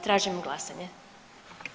Tražimo glasanje.